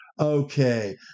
Okay